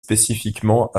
spécifiquement